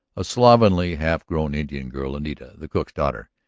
a slovenly, half-grown indian girl, anita, the cook's daughter,